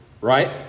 right